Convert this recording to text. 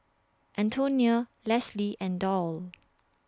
Antonina Lesly and Doll